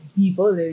people